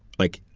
like,